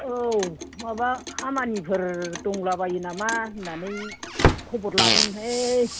औ माबा खामानिफोर दंलाबायो नामा होननानै खबर लादोंमोनहाय